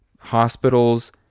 hospitals